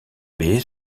baie